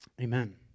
Amen